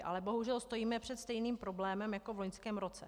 Ale bohužel stojíme před stejným problémem jako v loňském roce.